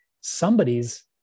somebody's